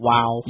Wow